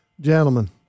Gentlemen